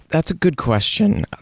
that's a good question.